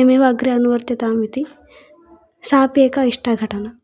इवमेव अग्रे अनुवर्तताम् इति सापि एका इष्टा घटना